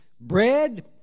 bread